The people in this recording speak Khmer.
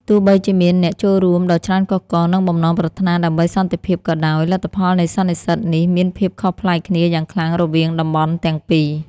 ទោះបីជាមានអ្នកចូលរួមដ៏ច្រើនកុះករ និងបំណងប្រាថ្នាដើម្បីសន្តិភាពក៏ដោយ លទ្ធផលនៃសន្និសីទនេះមានភាពខុសប្លែកគ្នាយ៉ាងខ្លាំងរវាងតំបន់ទាំងពីរ។